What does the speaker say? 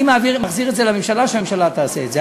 אני מחזיר את זה לממשלה, שהממשלה תעשה את זה.